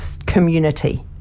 community